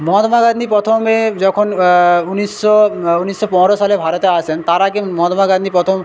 মহাত্মা গান্ধী প্রথমে যখন ঊনিশশো ঊনিশশো পনেরো সালে ভারতে আসেন তার আগে মহাত্মা গান্ধী প্রথম